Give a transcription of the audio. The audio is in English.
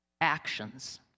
actions